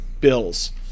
Bills